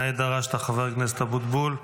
נאה דרשת, חבר הכנסת אבוטבול.